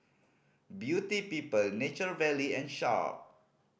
Beauty People Nature Valley and Sharp